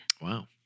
Wow